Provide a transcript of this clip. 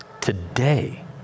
today